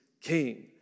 king